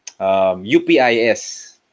UPIS